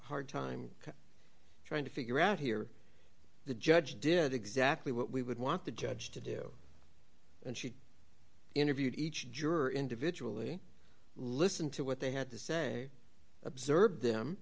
hard time trying to figure out here the judge did exactly what we would want the judge to do and she interviewed each juror individually listened to what they had to say observed them